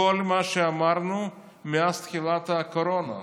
כל מה שאמרנו מאז תחילת הקורונה.